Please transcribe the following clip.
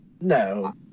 no